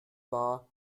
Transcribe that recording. war